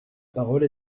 parole